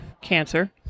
cancer